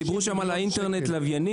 דיברו שם על אינטרנט לווייני.